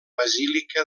basílica